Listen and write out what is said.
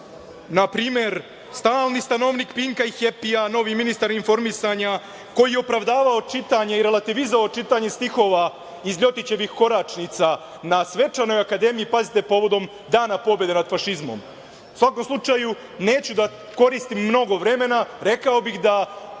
npr. stalni stanovnik „Pinka“ i „Hepija“ novi ministar informisanja, koji je opravdavao čitanje i relativizovao čitanje stihova iz Ljotićevih koračnica na svečanoj akademiji, pazite, povodom Dana pobede nad fašizmom.U svakom slučaju, neću da koristim mnogo vremena. Rekao bih da